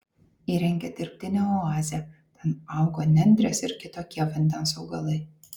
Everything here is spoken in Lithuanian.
įrengė dirbtinę oazę ten augo nendrės ir kitokie vandens augalai